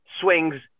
swings